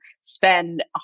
spend